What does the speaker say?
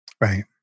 Right